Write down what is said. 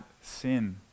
sin